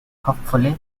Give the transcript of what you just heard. hopefully